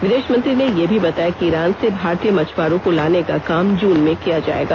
विदेशमंत्री ने यह भी बताया कि ईरान से भारतीय मछ्आरों को लाने का काम जून में किया जाएगा